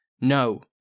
No